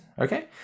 Okay